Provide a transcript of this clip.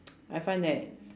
I find that